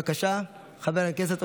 אושרה בקריאה ראשונה,